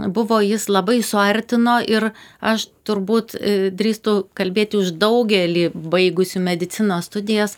buvo jis labai suartino ir aš turbūt drįstų kalbėti už daugelį baigusių medicinos studijas